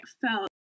felt